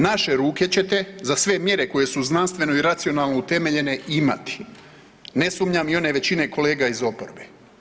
Naše ruke ćete za sve mjere koje su znanstveno i racionalno utemeljene imati, ne sumnjam i one većine kolega iz oporbe.